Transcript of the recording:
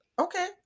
Okay